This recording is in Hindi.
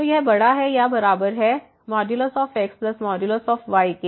तो यह बड़ा है या बराबर है xyके